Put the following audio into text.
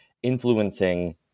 Influencing